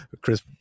Chris